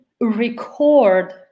record